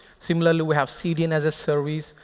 similarly, we have cdn as a service.